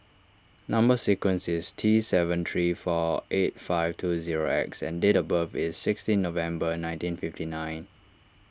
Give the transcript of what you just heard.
Number Sequence is T seven three four eight five two zero X and date of birth is sixteen November nineteen fifty nine